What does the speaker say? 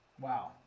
Wow